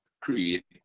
create